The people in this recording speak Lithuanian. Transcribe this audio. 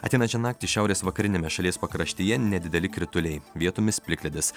ateinančią naktį šiaurės vakariniame šalies pakraštyje nedideli krituliai vietomis plikledis